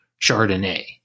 Chardonnay